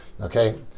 okay